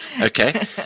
Okay